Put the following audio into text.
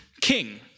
king